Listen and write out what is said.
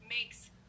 makes